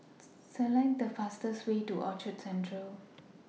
Select The fastest Way to Orchard Central